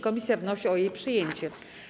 Komisja wnosi o jej przyjęcie.